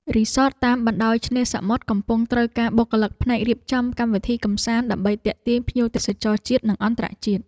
រីសតតាមបណ្តោយឆ្នេរសមុទ្រកំពុងត្រូវការបុគ្គលិកផ្នែករៀបចំកម្មវិធីកម្សាន្ត ដើម្បីទាក់ទាញភ្ញៀវទេសចរជាតិ និងអន្តរជាតិ។